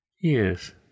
Yes